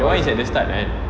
that [one] is at the start right